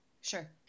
Sure